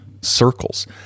circles